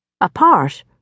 Apart